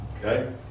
okay